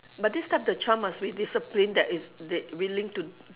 but this time the child must be disciplined that is that willing to